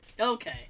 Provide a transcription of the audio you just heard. okay